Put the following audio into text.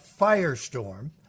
firestorm